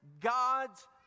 God's